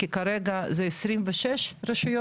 כי כרגע זה 26 רשויות,